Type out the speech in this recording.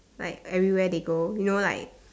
like everywhere they go you know like